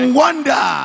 wonder